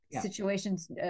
situations